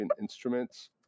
instruments